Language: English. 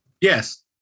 yes